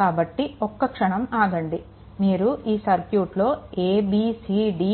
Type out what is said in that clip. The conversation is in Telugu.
కాబట్టి ఒక్క క్షణం ఆగండి మీరు ఈ సర్క్యూట్లో a b c d